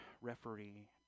Referee